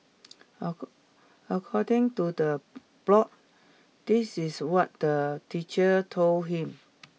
according to the blog this is what the teacher told him